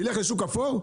ילך לשוק אפור?